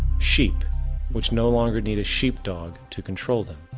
sheep which no longer need a sheep-dog to control them.